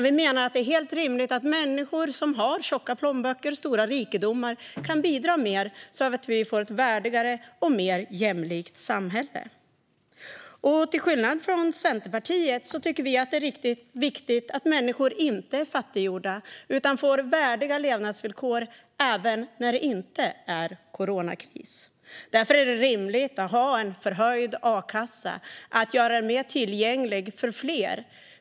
Vi menar att det är helt rimligt att människor som har tjocka plånböcker och stora rikedomar kan bidra mer så att vi kan få ett värdigare och mer jämlikt samhälle. Till skillnad från Centerpartiet tycker vi även när det inte är coronakris att det är viktigt att människor inte är fattiggjorda utan får värdiga levnadsvillkor. Därför är det rimligt med en förhöjd a-kassa och att göra den mer tillgänglig för fler.